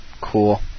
Cool